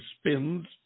spins